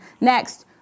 Next